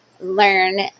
learn